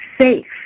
safe